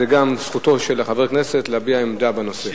זכותו של חבר הכנסת להביע עמדה בנושא.